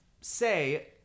say